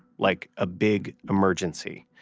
like a big emergency.